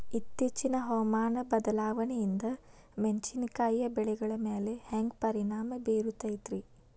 ಇತ್ತೇಚಿನ ಹವಾಮಾನ ಬದಲಾವಣೆಯಿಂದ ಮೆಣಸಿನಕಾಯಿಯ ಬೆಳೆಗಳ ಮ್ಯಾಲೆ ಹ್ಯಾಂಗ ಪರಿಣಾಮ ಬೇರುತ್ತೈತರೇ?